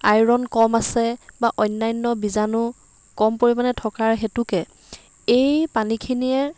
iron কম আছে বা অন্যান্য বিজাণু কম পৰিমাণে থকাৰ হেতুকে এই পানীখিনিয়ে